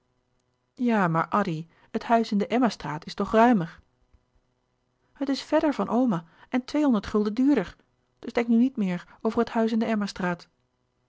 ja maar addy het huis in de emma straat is toch ruimer het is verder van oma en twee-honderd gulden duurder dus denk nu niet meer over het huis in de emma straat